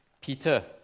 Peter